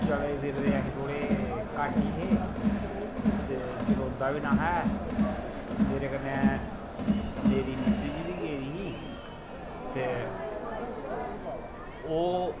चले फिरे दे अस घट्ट ई हे ते चलोंदा बी निं हा मेरे कन्नै मेरी मिसेज़ बी गेदी ही ते ओह्